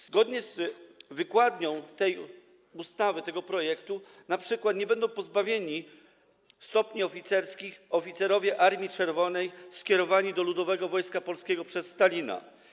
Zgodnie z wykładnią tej ustawy, tego projektu, nie będą pozbawieni stopni oficerskich np. oficerowie Armii Czerwonej skierowani do Ludowego Wojska Polskiego przez Stalina.